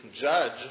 judge